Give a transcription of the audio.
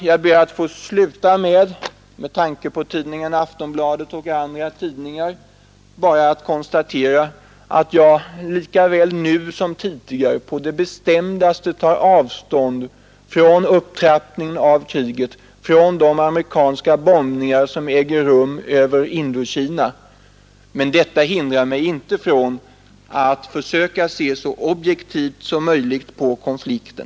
Jag ber att avslutningsvis — med tanke på tidningen Aftonbladet och andra tidningar — bara få konstatera att jag lika väl nu som tidigare på det bestämdaste tar avstånd från upptrappningen av kriget, från de amerikanska bombningar som äger rum över Indokina. Men detta hindrar mig inte från att försöka se så objektivt som möjligt på konflikten.